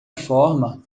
forma